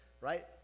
right